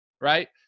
right